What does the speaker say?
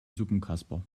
suppenkasper